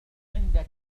عندك